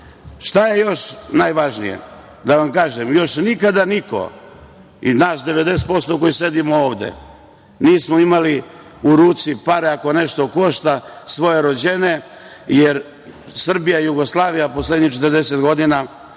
je još najvažnije? Još nikada niko, i nas 90% koji sedimo ovde, nismo imali u ruci pare, ako nešto košta, svoje rođene, jer Srbija i Jugoslavija poslednjih 40 godina